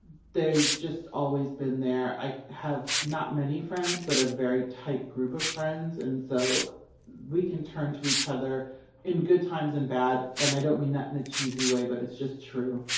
they've just always been there. i have not many friends, but a very tight group of friends. and so we can turn to each other in good times and bad. and i don't mean that in a cheesy way, but it's just true.